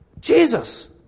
Jesus